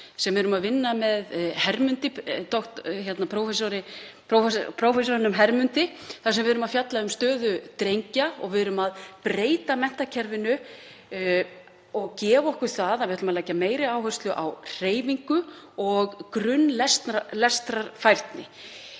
sem við erum að vinna með Hermundi Sigmundssyni prófessor, þar sem við erum að fjalla um stöðu drengja og breyta menntakerfinu og gefa okkur það að við ætlum að leggja meiri áherslu á hreyfingu og grunnlestrarfærni.